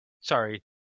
sorry